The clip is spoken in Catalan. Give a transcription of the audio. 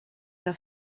que